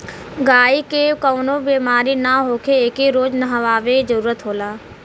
गायी के कवनो बेमारी ना होखे एके रोज नहवावे जरुरत होला